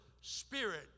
spirit